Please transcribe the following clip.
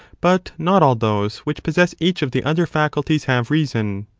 but not all those which possess each of the other faculties have reason.